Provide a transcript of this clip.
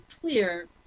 clear